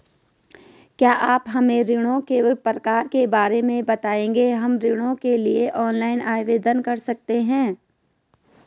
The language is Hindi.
क्या आप हमें ऋणों के प्रकार के बारे में बताएँगे हम ऋण के लिए ऑनलाइन आवेदन कर सकते हैं?